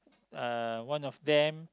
uh one of them